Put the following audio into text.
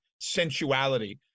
sensuality